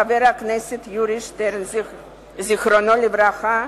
חבר הכנסת יורי שטרן זיכרונו לברכה,